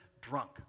drunk